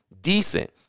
decent